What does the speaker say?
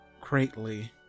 greatly